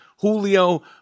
Julio